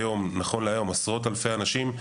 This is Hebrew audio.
נכון להיום מגיעים לשם עשרות אלפי אנשים.